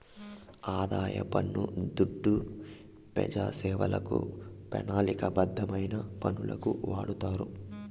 ఆదాయ పన్ను దుడ్డు పెజాసేవలకు, పెనాలిక బద్ధమైన పనులకు వాడతారు